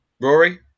Rory